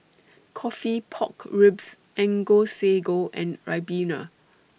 Coffee Pork Ribs and Go Sago and Ribena